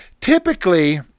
typically